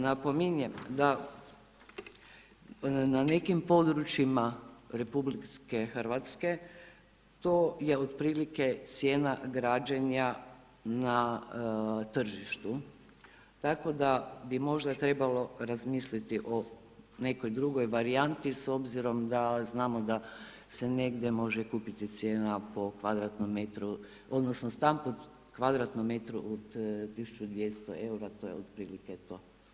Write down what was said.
Napominjem da na nekim područjima RH to je otprilike cijena građenja na tržištu, tako da bi možda trebalo razmisliti o nekoj drugoj varijanti s obzirom da znamo da se negdje može kupiti cijena po kvadratnom metru, odnosno stan po kvadratnom metru od 1200 eura, to je otprilike to.